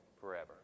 forever